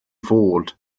fod